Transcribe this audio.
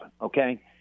Okay